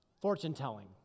fortune-telling